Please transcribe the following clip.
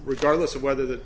regardless of whether the